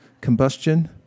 combustion